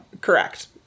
correct